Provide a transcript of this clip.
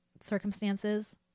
circumstances